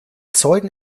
zeugen